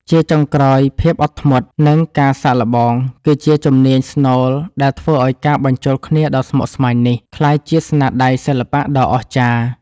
ជាចុងក្រោយ ភាពអត់ធ្មត់ និងការសាកល្បង គឺជាជំនាញស្នូលដែលធ្វើឱ្យការបញ្ចូលគ្នាដ៏ស្មុគស្មាញនេះ ក្លាយជាស្នាដៃសិល្បៈដ៏អស្ចារ្យ។